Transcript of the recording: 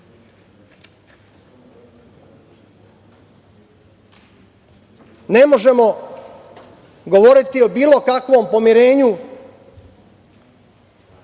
možemo govoriti o bilo kakvom pomirenju